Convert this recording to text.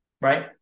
right